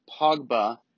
Pogba